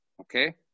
Okay